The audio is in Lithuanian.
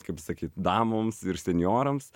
kaip sakyti damoms ir senjorams